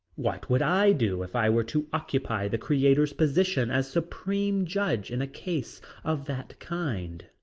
what would i do if i were to occupy the creator's position as supreme judge in a case of that kind?